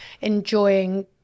enjoying